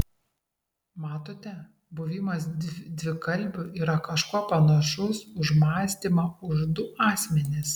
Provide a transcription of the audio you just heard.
matote buvimas dvikalbiu yra kažkuo panašus už mąstymą už du asmenis